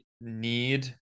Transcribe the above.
need